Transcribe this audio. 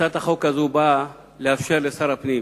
הצעת החוק הזאת באה לאפשר לשר הפנים,